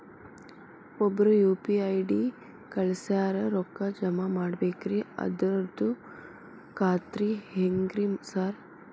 ಒಬ್ರು UPI ID ಕಳ್ಸ್ಯಾರ ರೊಕ್ಕಾ ಜಮಾ ಮಾಡ್ಬೇಕ್ರಿ ಅದ್ರದು ಖಾತ್ರಿ ಹೆಂಗ್ರಿ ಸಾರ್?